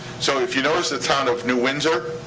so if you notice, the town of new windsor,